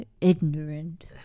ignorant